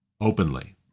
openly